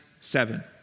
seven